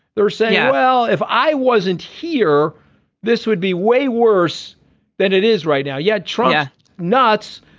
they're saying well if i wasn't here this would be way worse than it is right now. yeah. try nuts.